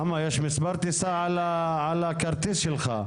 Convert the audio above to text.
יש מספר טיסה על הכרטיס שלך.